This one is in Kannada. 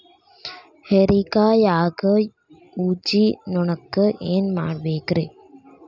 ಹೇರಿಕಾಯಾಗ ಊಜಿ ನೋಣಕ್ಕ ಏನ್ ಮಾಡಬೇಕ್ರೇ?